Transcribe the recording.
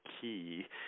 key